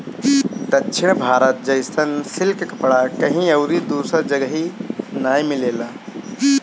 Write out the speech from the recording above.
दक्षिण भारत जइसन सिल्क कपड़ा कहीं अउरी दूसरा जगही नाइ मिलेला